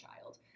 child